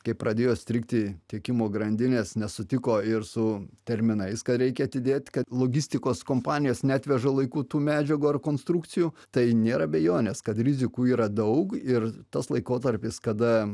kai pradėjo strigti tiekimo grandinės nesutiko ir su terminais ką reikia atidėti ka logistikos kompanijos neatveža laiku tų medžiagų ar konstrukcijų tai nėr abejonės kad rizikų yra daug ir tas laikotarpis kada